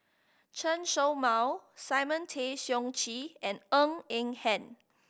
Chen Show Mao Simon Tay Seong Chee and Ng Eng Hen